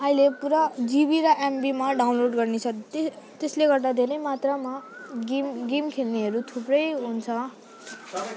अहिले पुरा जिबी र एमबीमा डाउनलोड गर्ने छ त्य त्यसले गर्दा धेरै मात्रामा गेम गेम खेल्नेहरू थुप्रै हुन्छ